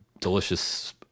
delicious